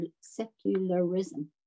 secularism